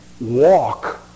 walk